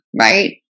right